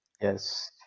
yes